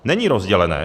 Není rozdělené!